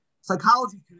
Psychology